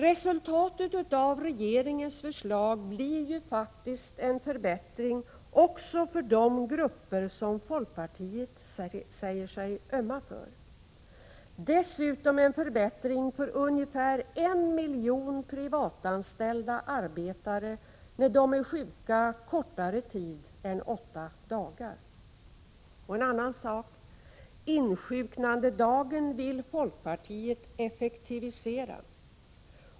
Resultatet av regeringens förslag blir ju, faktiskt, en förbättring också för de grupper som folkpartiet säger sig ömma för, och dessutom en förbättring för ungefär en miljon privatanställda arbetare när de är sjuka kortare tid än åtta dagar. En annan sak: Insjuknandedagen vill folkpartiet effektivisera.